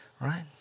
right